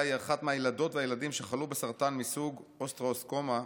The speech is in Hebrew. היא אחת מהילדות והילדים שחלו בסרטן מסוג אוסטאוסרקומה,